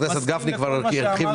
-- שאני מסכים עם כל מה שאמרתם.